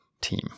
team